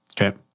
Okay